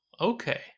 okay